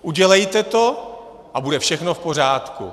Udělejte to a bude všechno v pořádku.